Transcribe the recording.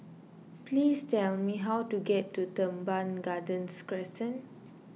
please tell me how to get to Teban Gardens Crescent